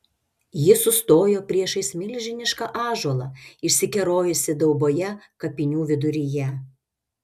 ji sustojo priešais milžinišką ąžuolą išsikerojusį dauboje kapinių viduryje